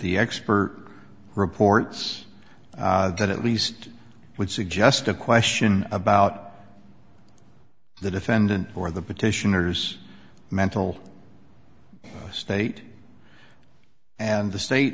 the expert reports that at least would suggest a question about the defendant or the petitioners mental state and the state